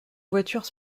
voitures